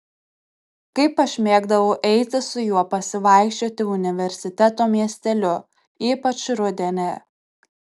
kaip aš mėgdavau eiti su juo pasivaikščioti universiteto miesteliu ypač rudenį